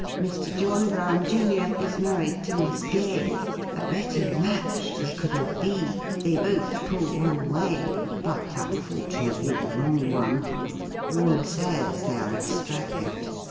mr. john brown, junr, is married to miss gay a better match there could not be they both pull one way but, unfortunately the wrong one rumour says they are extravagant.